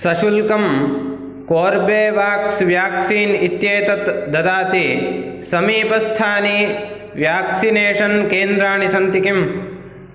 सशुल्कं Corbevax vaccine इत्येतत् ददाति समीपस्थानि व्याक्सिनेषन् केन्द्राणि सन्ति किम्